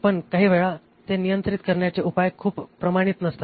पण काही वेळा ते नियंत्रित करण्याचे उपाय खूप प्रमाणित नसतात